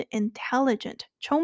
intelligent